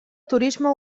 turismo